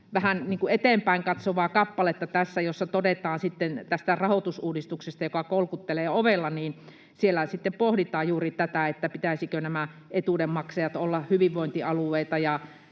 kuin eteenpäin katsovaa kappaletta tässä, jossa todetaan sitten tästä rahoitusuudistuksesta, joka kolkuttelee ovella, ja pohditaan juuri tätä, pitäisikö näiden etuuden maksajien olla hyvinvointialueita